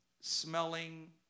Smelling